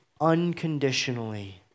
unconditionally